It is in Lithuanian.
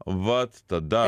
vat tada